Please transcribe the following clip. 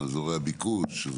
אזורי הביקוש,